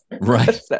Right